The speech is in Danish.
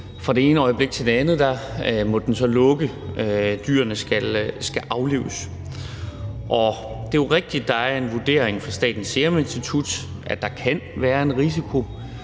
Fra det ene øjeblik til det andet måtte de så lukke, og dyrene skulle aflives. Det er jo rigtigt, at der var en vurdering fra Statens Serum Institut om, at der kunne være en risiko,